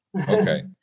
Okay